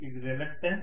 ఇది రిలక్టన్స్